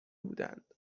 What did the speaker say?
بودند